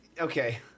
okay